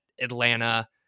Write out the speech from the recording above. Atlanta